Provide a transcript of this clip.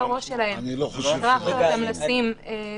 לא רק שעל הראש שלהם הכרחתם אותם לשים מתקן,